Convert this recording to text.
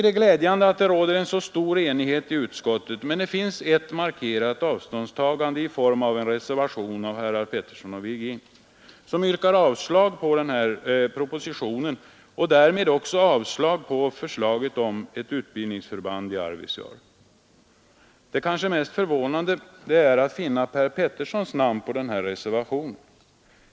Det är glädjande att det råder en så stor enighet i utskottet, men det finns ett markerat avståndstagande i form av en reservation av herrar Petersson i Gäddvik och Virgin, som yrkar avslag på propositionen och därmed också avslag på förslaget om ett utbildningsförband i Arvidsjaur. Det kanske mest förvånande är att finna herr Peterssons namn på denna reservation.